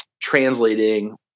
translating